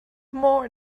more